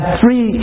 three